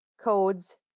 code's